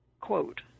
quote